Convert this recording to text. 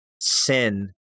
sin